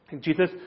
Jesus